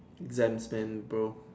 exams then bro